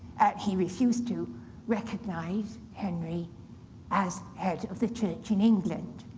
he refused to recognize henry as head of the church in england.